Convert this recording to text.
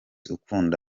ukanda